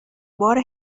بار